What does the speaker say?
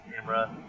camera